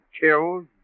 killed